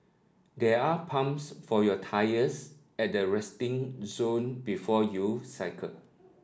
there are pumps for your tyres at the resting zone before you cycle